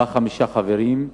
ובה חמישה חברים,